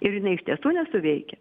ir iš tiesų nesuveikia